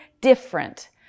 different